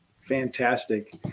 fantastic